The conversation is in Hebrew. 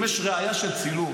אם יש ראייה של צילום,